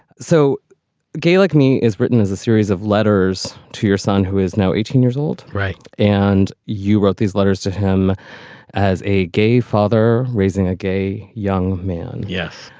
so gay like me is written as a series of letters to your son, who is now eighteen years old. right. and you wrote these letters to him as a gay father raising a gay young man. yes.